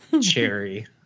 cherry